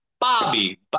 Bobby